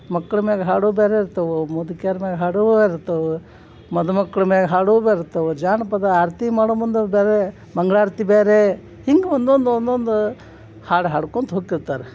ಮಕ್ಳ ಮ್ಯಾಲ್ ಹಾಡು ಬೇರೆ ಇರ್ತವೆ ಮುದುಕ್ಯಾರ ಮ್ಯಾಲ್ ಹಾಡೂ ಇರ್ತವೆ ಮದುಮಕ್ಳ ಮ್ಯಾಲ್ ಹಾಡೂ ಬ್ಯಾರೆ ಇರ್ತವೆ ಜಾನಪದ ಆರತಿ ಮಾಡೋ ಮುಂದೆ ಬೇರೆ ಮಂಗಳಾರ್ತಿ ಬೇರೆ ಹಿಂಗೆ ಒಂದೊಂದು ಒಂದೊಂದು ಹಾಡು ಹಾಡ್ಕೊಂತ ಹೋಗ್ತಿರ್ತಾರೆ